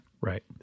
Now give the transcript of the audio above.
Right